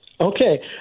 Okay